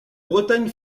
bretagne